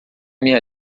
minha